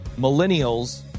millennials